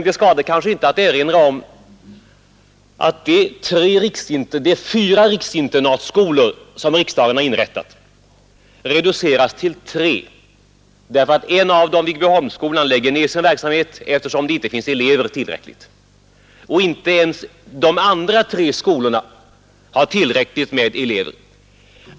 Det skadar kanske inte att erinra om att de fyra riksinternatskolor som riksdagen har inrättat reduceras till tre därför att en av dem — Viggbyholmsskolan — lägger ned sin verksamhet eftersom det inte finns elever tillräckligt. Och inte ens de andra tre skolorna har tillräckligt med elever.